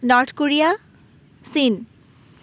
north Korea চীন